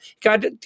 God